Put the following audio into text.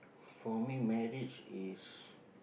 for me marriage is